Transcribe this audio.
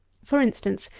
for instance,